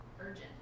Urgent